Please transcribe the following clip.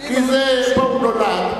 כי פה הוא נולד,